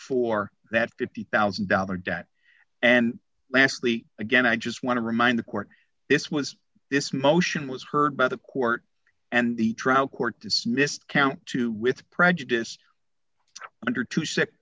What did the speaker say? for that fifty thousand dollars debt and lastly again i just want to remind the court this was this motion was heard by the court and the trial court dismissed count two with prejudice under to si